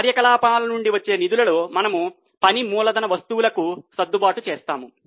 ఇప్పుడు కార్యకలాపాల నుండి వచ్చే నిధులలో మనము పని మూలధన వస్తువులకు సర్దుబాటు చేస్తాము